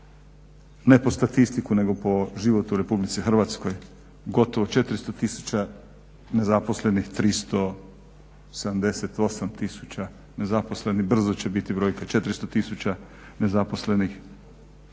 ne po statistiku nego po život u RH. gotovo 400 tisuća nezaposlenih 378 tisuća nezaposlenih, brzo će biti brojka 400 tisuća nezaposlenih.